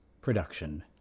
production